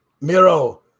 Miro